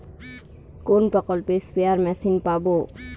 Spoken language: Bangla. কোন প্রকল্পে স্পেয়ার মেশিন পাব?